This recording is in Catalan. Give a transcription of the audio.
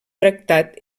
tractat